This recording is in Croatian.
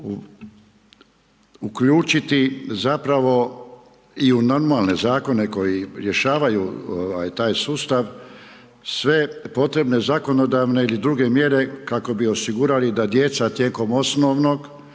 uključiti zapravo i u normalne zakone, koji rješavaju taj sustav, sve potrebne zakonodavne i druge mjere kako bi osigurali da djeca tijekom osnovnog